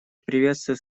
приветствует